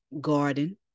garden